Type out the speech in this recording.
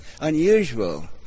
unusual